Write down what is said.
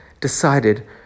decided